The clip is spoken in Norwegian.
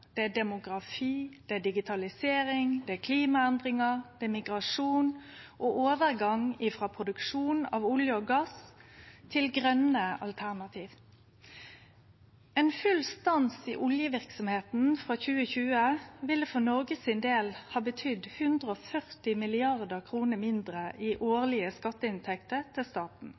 som kjem: demografi, digitalisering, klimaendringar, migrasjon og overgang frå produksjon av olje og gass til grøne alternativ. Ein full stans i oljeverksemda frå 2020 ville for Noregs del betydd 140 mrd. kr mindre i årlege skatteinntekter til staten.